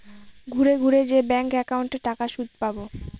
ঘুরে ঘুরে যে ব্যাঙ্ক একাউন্টে টাকার সুদ পাবো